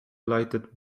lighted